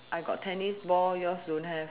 I got tennis ball yours don't have